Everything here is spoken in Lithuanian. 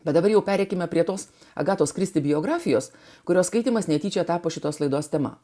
bet dabar jau pereikime prie tos agatos kristi biografijos kurios skaitymas netyčia tapo šitos laidos tema